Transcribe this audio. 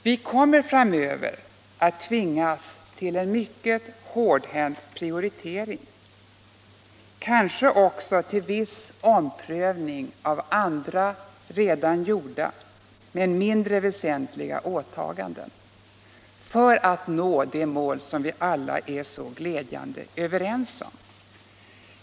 Vi kommer framöver att tvingas till en mycket hårdhänt prioritering och kanske också till en omprövning av andra redan gjorda men mindre väsentliga åtaganden för att nå det mål vi alla är så glädjande överens om.